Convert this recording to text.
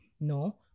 no